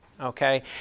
okay